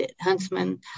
Huntsman